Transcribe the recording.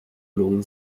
lungen